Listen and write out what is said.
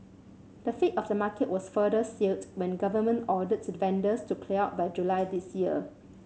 the fate of the market was further sealed when government ordered the vendors to clear out by July this year